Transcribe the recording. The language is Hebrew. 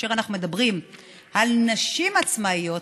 וכאשר אנחנו מדברים על נשים עצמאיות,